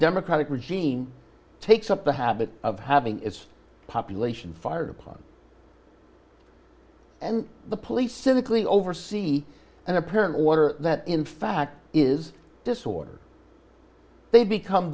democratic regime takes up the habit of having its population fired upon and the police cynically oversee an apparent order that in fact is this order they become